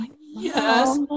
Yes